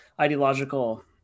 ideological